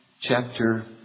chapter